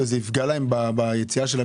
זה יפגע להם ביציאה שלהם,